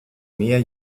mehr